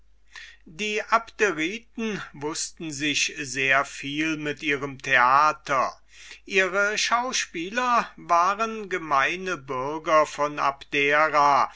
die abderiten wußten sich sehr viel mit ihrem theater ihre schauspieler waren gemeine bürger von abdera